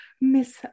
Miss